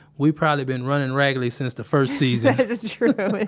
we've probably been running raggily since the first season this true.